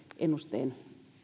ennusteen